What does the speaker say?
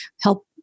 help